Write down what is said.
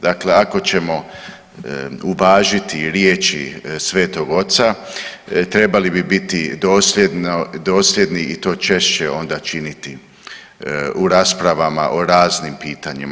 Dakle, ako ćemo uvažiti riječi Svetog Oca, trebali bi biti dosljedni i to češće onda činiti u raspravama o raznim pitanjima.